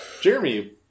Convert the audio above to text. Jeremy